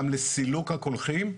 גם לסילוק הקולחים,